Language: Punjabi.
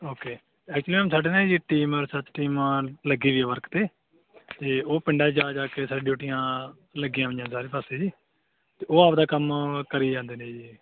ਓਕੇ ਐਕਚੁਲੀ ਮੈਮ ਸਾਡੇ ਨਾ ਜੀ ਇੱਕ ਟੀਮ ਸਰਚ ਲੱਗੀ ਹੋਈ ਆ ਵਰਕ 'ਤੇ ਅਤੇ ਉਹ ਪਿੰਡਾਂ 'ਚ ਜਾ ਜਾ ਕੇ ਸਾਡੀ ਡਿਊਟੀਆਂ ਲੱਗੀਆਂ ਹੋਈਆਂ ਸਾਰੇ ਪਾਸੇ ਜੀ ਅਤੇ ਉਹ ਆਪਣਾ ਕੰਮ ਕਰੀ ਜਾਂਦੇ ਨੇ ਜੀ